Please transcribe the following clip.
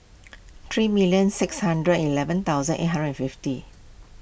three million six hundred eleven thousand eight hundred fifty